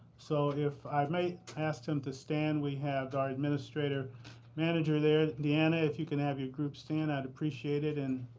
so if i may ask them to stand, we have our administer manager there. dianna, if you could have your group stand, i'd appreciate it. and